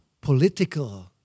political